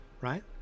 right